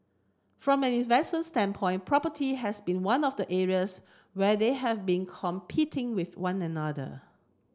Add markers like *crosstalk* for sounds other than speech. from an *unintelligible* standpoint property has been one of the areas where they have been competing with one another